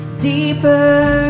Deeper